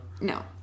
No